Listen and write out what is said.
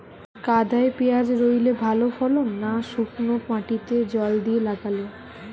কাদায় পেঁয়াজ রুইলে ভালো ফলন না শুক্নো মাটিতে জল দিয়ে লাগালে?